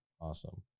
awesome